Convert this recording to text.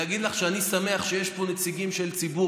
להגיד לך שאני שמח שיש פה נציגים של ציבור